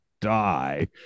die